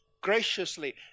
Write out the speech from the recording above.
graciously